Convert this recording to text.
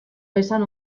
esan